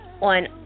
on